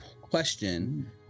question